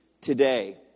today